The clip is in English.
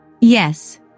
Yes